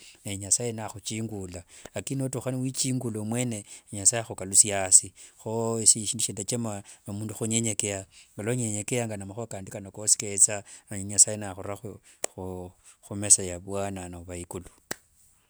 nasaye akhuchingula, lakini notukha niwichingula mwene, nasaye akhukalusia asi. Kho esie shindu shindachama, ni mundu khunyenyekea. Nguluonyenyekeanga, namkua kandi kano kosi ketha. Nasaye nakhurakhu khumesa ya bwana nove ikulu.